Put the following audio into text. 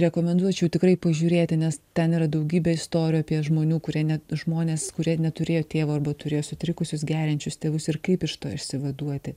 rekomenduočiau tikrai pažiūrėti nes ten yra daugybė istorijų apie žmonių kurie ne žmonės kurie neturėjo tėvo arba turėjo sutrikusius geriančius tėvus ir kaip iš to išsivaduoti